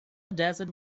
desert